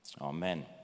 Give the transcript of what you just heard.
Amen